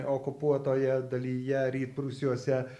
okupuotoje dalyje rytprūsiuose